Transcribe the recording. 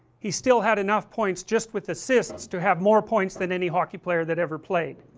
he still had enough points just with assists to have more points than any hockey player that ever played,